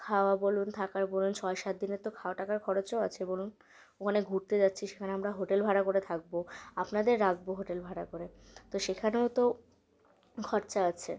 খাওয়া বলুন থাকা বলুন ছয় সাত দিনের তো খাওয়ার টাকা খরচও আছে বলুন ওখানে ঘুরতে যাচ্ছি সেখানে আমরা হোটেল ভাড়া করে থাকবো আপনাদের রাখবো হোটেল ভাড়া করে তো সেখানেও তো খরচা আছে